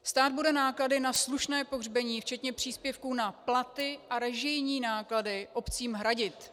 Stát bude náklady na slušné pohřbení včetně příspěvků na platy a režijní náklady obcím hradit.